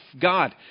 god